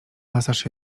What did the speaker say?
masaż